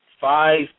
five